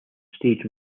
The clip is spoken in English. stage